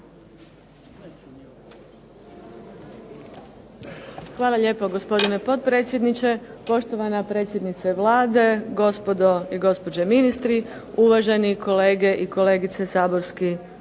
Hvala lijepo gospodine potpredsjedniče, poštovana predsjednice Vlade, gospodo i gospođe ministri, uvaženi kolege i kolegice saborski